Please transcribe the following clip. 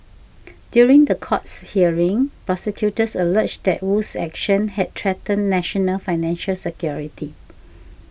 during the courts hearing prosecutors alleged that Wu's actions had threatened national financial security